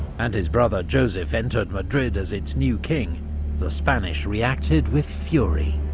and his brother joseph entered madrid as its new king the spanish reacted with fury.